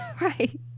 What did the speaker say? Right